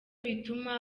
bituma